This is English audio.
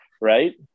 right